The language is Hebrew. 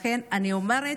לכן אני אומרת,